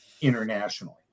internationally